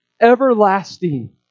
everlasting